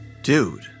dude